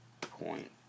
Point